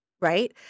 right